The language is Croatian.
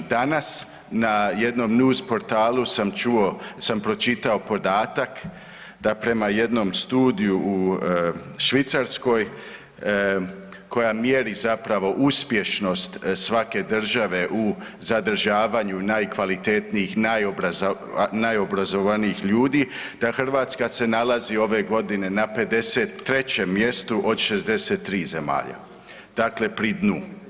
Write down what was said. Danas na jednom … [[Govornik se ne razumije]] portalu sam čuo, sam pročitao podatak da prema jednom studiju u Švicarskoj koja mjeri zapravo uspješnost svake države u zadržavanju najkvalitetnijih i najobrazovanijih ljudi da Hrvatska se nalazi ove godine na 53. mjestu od 63. zemalja, dakle pri dnu.